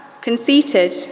conceited